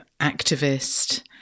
activist